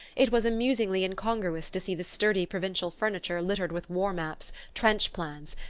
it was amusingly incongruous to see the sturdy provincial furniture littered with war-maps, trench-plans,